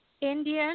Indian